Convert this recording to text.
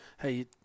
hey